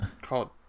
called